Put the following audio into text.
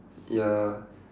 ya